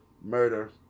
murder